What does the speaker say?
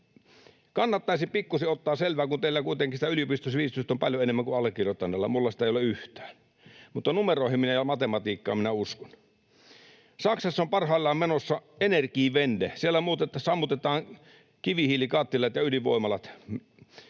Kannattaisi pikkuisen ottaa selvää, kun teillä kuitenkin sitä yliopistosivistystä on paljon enemmän kuin allekirjoittaneella. Minulla sitä ei ole yhtään, mutta numeroihin ja matematiikkaan minä uskon. Saksassa on parhaillaan menossa Energiewende. Siellä sammutetaan kivihiilikattilat ja ydinvoimalat.